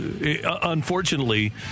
Unfortunately